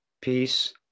peace